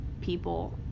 people